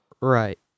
Right